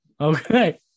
okay